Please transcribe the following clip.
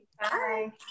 Bye